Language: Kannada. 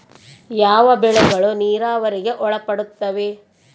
ಯಾವ ಬೆಳೆಗಳು ನೇರಾವರಿಗೆ ಒಳಪಡುತ್ತವೆ?